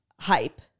hype